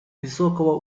высокого